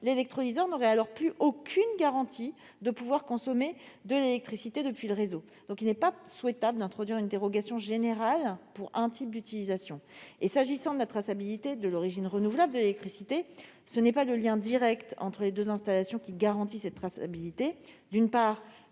L'électrolyseur n'aurait alors plus aucune garantie de pouvoir consommer de l'électricité depuis le réseau. Je le répète, il n'est pas souhaitable d'introduire une dérogation générale pour un type d'utilisation. S'agissant de la traçabilité de l'origine renouvelable de l'électricité, ce n'est pas le lien direct entre les deux installations qui la garantit. D'une part,